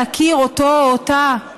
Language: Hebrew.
להכיר אותו או אותה,